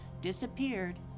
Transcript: disappeared